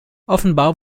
offenbar